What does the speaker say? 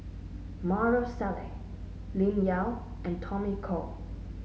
Maarof Salleh Lim Yau and Tommy Koh